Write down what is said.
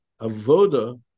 avoda